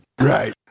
Right